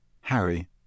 Harry